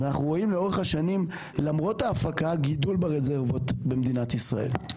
אנחנו רואים לאורך השנים למרות ההפקה גידול ברזרבות במדינת ישראל.